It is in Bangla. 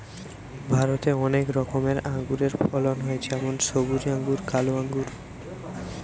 ভারতে অনেক রকমের আঙুরের ফলন হয় যেমন সবুজ আঙ্গুর, কালো আঙ্গুর